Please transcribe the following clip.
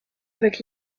avec